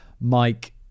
mike